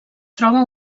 troba